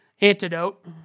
Antidote